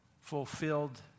fulfilled